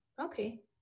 Okay